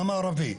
המערבי,